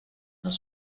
els